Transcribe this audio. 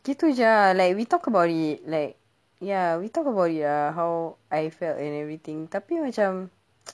gitu jer ah like we talk about like ya we talk about ya how I felt and everything tapi macam